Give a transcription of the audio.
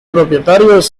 propietarios